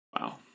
Wow